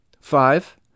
Five